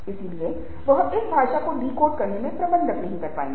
इसलिए वह इस भाषा को डिकोड करने का प्रबंधन नहीं करता है